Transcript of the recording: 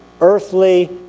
earthly